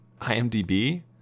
IMDb